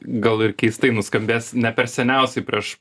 gal ir keistai nuskambės ne per seniausiai prieš